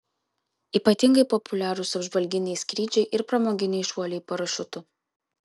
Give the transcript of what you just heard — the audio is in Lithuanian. ypatingai populiarūs apžvalginiai skrydžiai ir pramoginiai šuoliai parašiutu